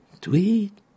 tweet